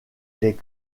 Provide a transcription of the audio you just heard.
les